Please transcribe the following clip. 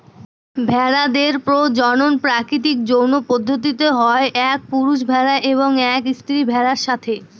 ভেড়াদের প্রজনন প্রাকৃতিক যৌন পদ্ধতিতে হয় এক পুরুষ ভেড়া এবং এক স্ত্রী ভেড়ার সাথে